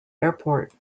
airport